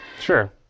sure